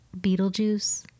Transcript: Beetlejuice